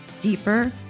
deeper